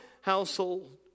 household